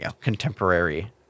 contemporary